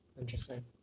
Interesting